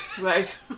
Right